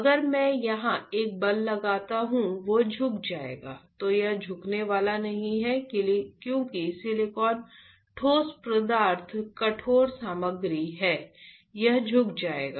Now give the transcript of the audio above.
अगर मैं यहां एक बल लगाता हूं वो झुक जाएगा तो यह झुकने वाला नहीं है क्योंकि सिलिकॉन ठोस पदार्थ कठोर सामग्री है यह झुक जाएगा